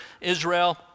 Israel